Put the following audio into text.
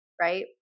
right